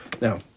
Now